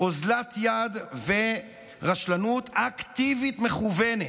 אוזלת יד ורשלנות אקטיבית מכוונת.